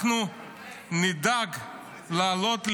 אנחנו נדאג להעלות לבד,